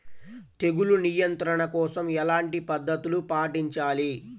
తెగులు నియంత్రణ కోసం ఎలాంటి పద్ధతులు పాటించాలి?